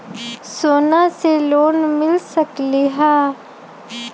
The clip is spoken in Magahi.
सोना से लोन मिल सकलई ह?